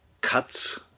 cuts